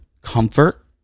comfort